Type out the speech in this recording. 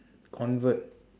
convert